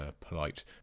polite